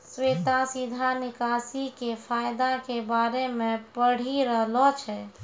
श्वेता सीधा निकासी के फायदा के बारे मे पढ़ि रहलो छै